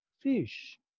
fish